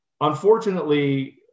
Unfortunately